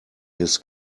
his